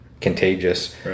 contagious